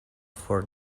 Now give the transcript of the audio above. for